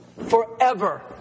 forever